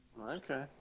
Okay